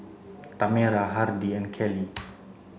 Tamera Hardy and Kallie